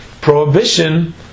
prohibition